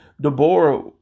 Deborah